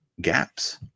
gaps